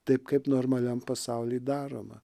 taip kaip normaliam pasauly daroma